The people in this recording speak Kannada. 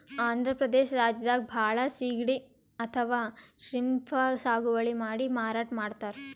ಆಂಧ್ರ ಪ್ರದೇಶ್ ರಾಜ್ಯದಾಗ್ ಭಾಳ್ ಸಿಗಡಿ ಅಥವಾ ಶ್ರೀಮ್ಪ್ ಸಾಗುವಳಿ ಮಾಡಿ ಮಾರಾಟ್ ಮಾಡ್ತರ್